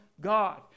God